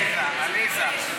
עליזה.